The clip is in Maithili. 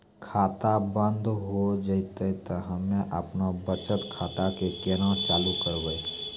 खाता बंद हो जैतै तऽ हम्मे आपनौ बचत खाता कऽ केना चालू करवै?